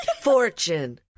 Fortune